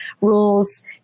rules